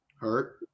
hurt